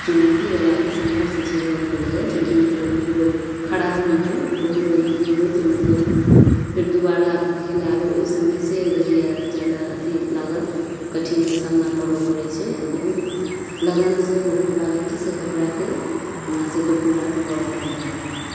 चुनौती बला शङ्घर्ष झेलऽ पड़ैया जेकि मतलब ककरो खराब नहि होइ ककरो ई नहि होइ जे मतलब फेर दुबारा कहै लऽ आबै ओहि समय से रहैया जादा अथी लागल कठिन के सामना करऽ पड़ै छै आ बहुत लगन से बहुत बारीकी से कपड़ा के हमरा सबके पूरा करऽ पड़ैय